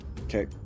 Okay